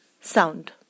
sound